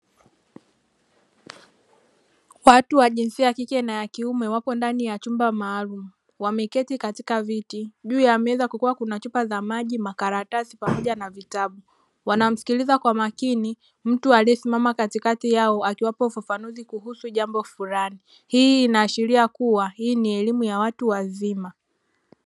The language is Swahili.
Watu wa jinsia ya kike n kiume wapo ndani ya chumba maalumu, wameketi katika viti; juu ya meza kukiwa na: chupa za maji, makaratasi pamoja na vitabu. Wanamsikiliza kwa makini mtu aliyesimama katikati yao akiwapa ufafanuzi kuhusu jambo fulani. Hii inaashiria kuwa hii ni elimu ya watu wazima.